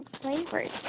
flavors